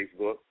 Facebook